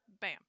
bam